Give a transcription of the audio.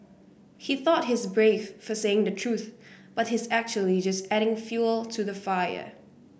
he thought he's brave for saying the truth but he's actually just adding fuel to the fire